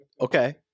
Okay